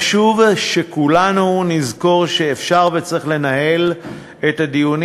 חשוב שכולנו נזכור שאפשר וצריך לנהל את הדיונים